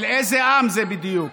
של איזה עם זה בדיוק?